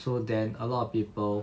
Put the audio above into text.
so then a lot of people